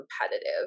competitive